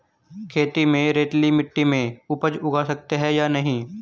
खेत में रेतीली मिटी में उपज उगा सकते हैं या नहीं?